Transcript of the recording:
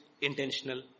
intentional